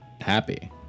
happy